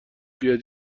بیاد